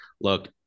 look